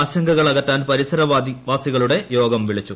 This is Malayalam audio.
ആശങ്കകൾ അകറ്റാൻ പരിസരവാസികളുടെ യോഗം വിളിച്ചു